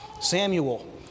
Samuel